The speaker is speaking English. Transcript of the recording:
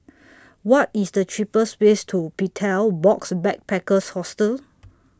What IS The cheapest ways to Betel Box Backpackers Hostel